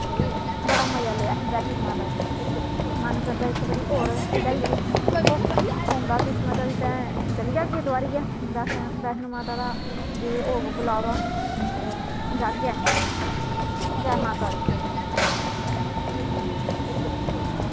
ते बड़ा मजा लेआ असें बैष्णो माता दे ते मन करदा इक बारी होर जाइये दिक्खो होगा किस्मत ते चली जाह्गे दबारा ई बैष्णो माता दा जे होग बुलावा ते जाह्गे असीं जै माता दी